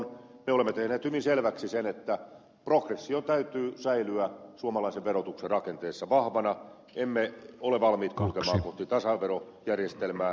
me olemme tehneet hyvin selväksi sen että progression täytyy säilyä suomalaisen verotuksen rakenteessa vahvana emme ole valmiit kulkemaan kohti tasaverojärjestelmää